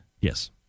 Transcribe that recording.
Yes